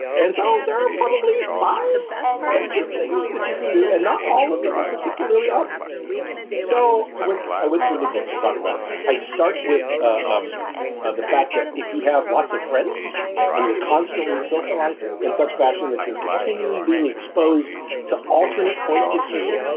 and so there are probably five sets of things that you can do and not all of them are particularly obvious so yes i went through the book to talk about i start with, ah um of the fact that if you have lots of friends and you're constantly socializing in such fashion that you're continually being exposed to alternate points of view,